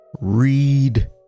read